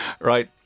Right